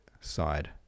side